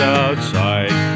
outside